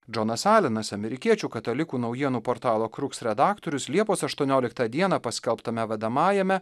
džonas alenas amerikiečių katalikų naujienų portalo kruks redaktorius liepos ašuonioliktą dieną paskelbtame vedamajame